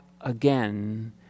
again